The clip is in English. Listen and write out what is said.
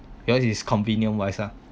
yours is convenient wise ah